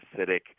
acidic